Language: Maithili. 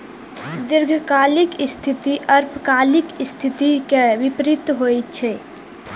दीर्घकालिक स्थिति अल्पकालिक स्थिति के विपरीत होइ छै